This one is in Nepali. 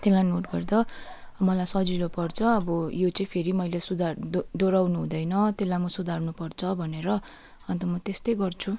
त्यसलाई नोट गर्दा मलाई सजिलो पर्छ अब यो चाहिँ मैले फेरि अब सुधार दोहोऱ्याउनु हुँदैन त्यसलाई म सुधार्नुपर्छ भनेर अन्त म त्यस्तै गर्छु